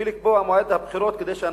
ולקבוע מועד לבחירות כדי שאנשים,